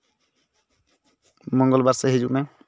ᱢᱚᱝᱜᱚᱞ ᱵᱟᱨ ᱥᱮᱡ ᱦᱤᱡᱩᱜ ᱢᱮ